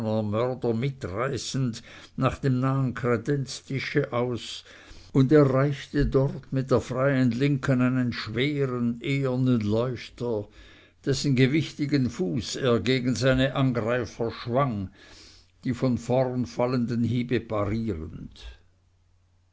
mörder mitreißend nach dem nahen kredenztische aus und erreichte dort mit der freien linken einen schweren ehernen leuchter dessen gewichtigen fuß er gegen seine angreifer schwang die von vorn fallenden hiebe parierend